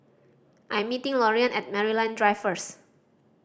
I'm meeting Loriann at Maryland Drive first